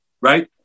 right